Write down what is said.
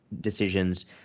decisions